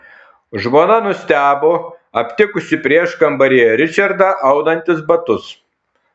žmona nustebo aptikusi prieškambaryje ričardą aunantis batus